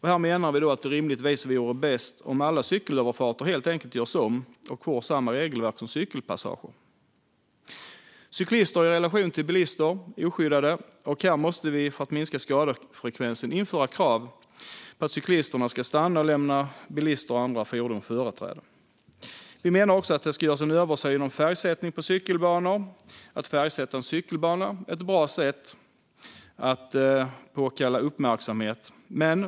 Här menar vi att det rimligtvis vore bäst om alla cykelöverfarter helt enkelt gjordes om och fick samma regelverk som cykelpassager. Cyklister är i relation till bilister oskyddade, och här måste vi för att minska skadefrekvensen införa krav på att cyklisterna ska stanna och lämna bilar och andra fordon företräde. Vi menar också att det ska göras en översyn om färgsättning av cykelbanor. Att färgsätta en cykelbana är ett bra sätt att påkalla uppmärksamhet.